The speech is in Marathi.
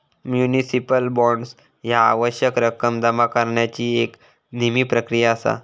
म्युनिसिपल बॉण्ड्स ह्या आवश्यक रक्कम जमा करण्याची एक धीमी प्रक्रिया असा